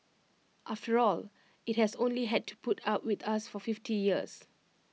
after all IT has only had to put up with us for fifty years